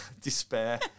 despair